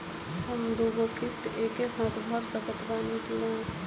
हम दु गो किश्त एके साथ भर सकत बानी की ना?